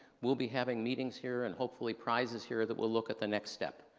we'll be having meetings here and hopefully prices here that we'll look at the next step.